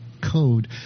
code